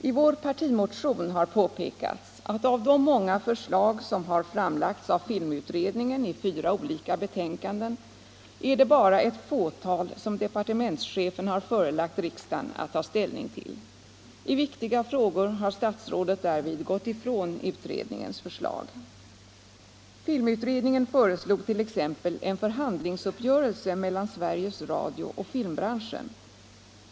I vår partimotion har påpekats att av de många förslag, som har framlagts av filmutredningen i fyra olika betänkanden, är det bara ett fåtal som departementschefen har förelagt riksdagen att ta ställning till. I viktiga frågor har statsrådet därvid gått ifrån utredningens förslag. Filmutredningen föreslog t.ex. en förhandlingsuppgörelse mellan Sveriges Radio och filmbranschen.